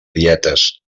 dietes